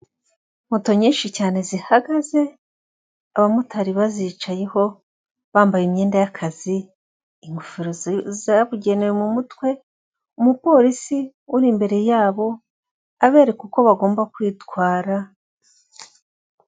Moto nyinshi cyane zihagaze abamotari bazicayeho bambaye imyenda y'akazi, ingofero zabugenewe mu mutwe, umupolisi uri imbere yabo abereka uko bagomba kwitwara.